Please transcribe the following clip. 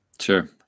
sure